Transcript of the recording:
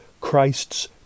Christ's